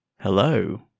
Hello